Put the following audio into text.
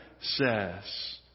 says